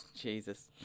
Jesus